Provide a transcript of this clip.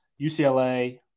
UCLA